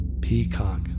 peacock